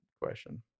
question